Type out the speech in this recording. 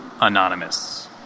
Anonymous